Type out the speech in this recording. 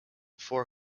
four